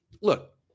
look